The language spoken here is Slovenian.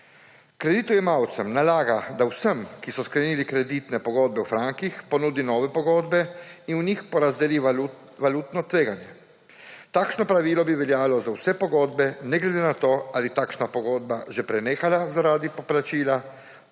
Kreditodajalcem nalaga, da vsem, ki so sklenili kreditne pogodbe v frankih, ponudi nove pogodbe in v njih porazdeli valutno tveganje. Takšno pravilo bi veljalo za vse pogodbe, ne glede na to, ali je takšna pogodba že prenehala zaradi poplačila,